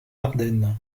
ardennes